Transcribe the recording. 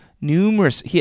Numerous